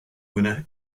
winner